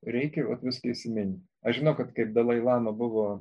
reikia viską įsimint aš žinau kad kai dalai lama buvo